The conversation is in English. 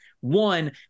one